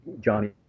Johnny